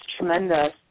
tremendous